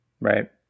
Right